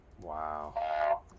Wow